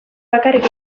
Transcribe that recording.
bakarrik